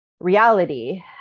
reality